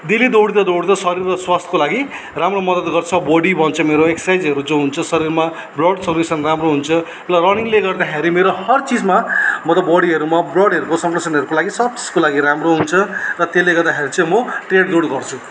daily दौडिँदा दौडिँदा शरीर र स्वास्थ्यको लागि राम्रो मद्दत गर्छ बडी बन्छ मेरो एक्सर्साइजहरू जो हुन्छ शरीरमा ब्लड सर्कुलेसन राम्रो हुन्छ र रनिङले गर्दाखेरि मेरो हरचिजमा म त बडीहरूमा ब्लडहरूको सर्कुलेसनहरूको लागि सब चिजको लागि राम्रो हुन्छ र त्यसले गर्दाखेरि चाहिँ म ट्रेल दौड गर्छु